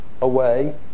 away